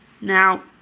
Now